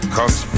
Cause